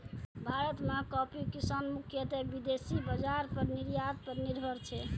भारत मॅ कॉफी किसान मुख्यतः विदेशी बाजार पर निर्यात पर निर्भर छै